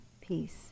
peace